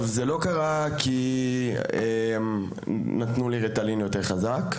זה לא קרה כי נתנו לי ריטלין יותר חזק,